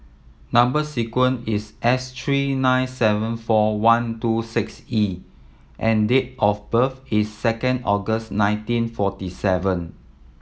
number sequence is S tree nine seven four one two six E and date of birth is second August nineteen forty seven